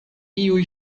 iuj